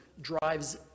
drives